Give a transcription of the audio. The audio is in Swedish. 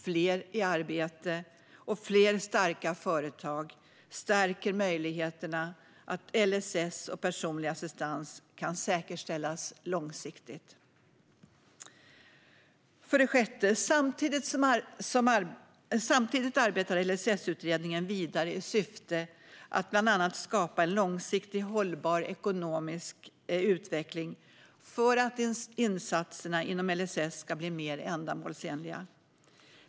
Fler i arbete och fler starka företag stärker möjligheterna att LSS och personlig assistans kan säkerställas långsiktigt. För det sjätte: Samtidigt arbetar LSS-utredningen vidare i syfte att bland annat skapa en långsiktigt hållbar ekonomisk utveckling och för att insatserna inom LSS ska bli mer ändamålsenliga.